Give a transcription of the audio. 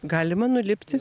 galima nulipti